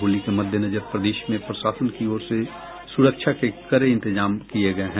होली के मद्देनजर प्रदेश में प्रशासन की ओर से सुरक्षा के कड़े इंतजाम किये गये हैं